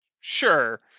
sure